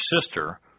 sister